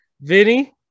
Vinny